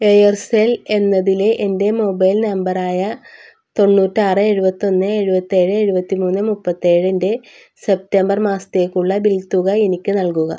Aircel എന്നതിലെ എൻ്റെ mobile നമ്പറായ തൊണ്ണൂറ്റാറ് എഴുപത്തൊന്ന് എഴുപത്തിയേഴ് എഴുപത്തിമൂന്ന് മുപ്പത്തി ഏഴിൻ്റെ സെപ്റ്റംബർ മാസത്തേക്കുള്ള ബിൽ തുക എനിക്ക് നൽകുക